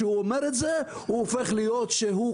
כשהוא אומר את זה הופך להיות שקשה